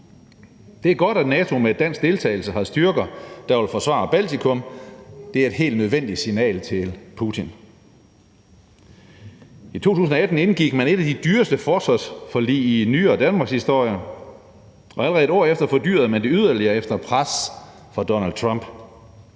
Det er godt, at NATO med dansk deltagelse har styrker, der vil forsvare Baltikum; det er et helt nødvendigt signal til Vladimir Putin. I 2018 indgik man et af de dyreste forsvarsforlig i nyere danmarkshistorie, og allerede et år efter fordyrede man det yderligere efter pres fra Donald Trump.